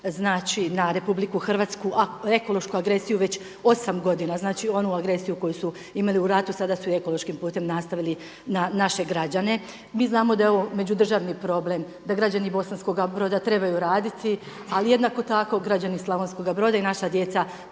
na Republiku Hrvatsku ekološku agresiju već 8 godina. Znači, onu agresiju koju su imali u ratu, sada su ekološkim putem nastavili na naše građane. Mi znamo da je ovo međudržavni problem, da građani Bosanskoga Broda trebaju raditi. Ali jednako tako građani Slavonskoga Broda i naša djeca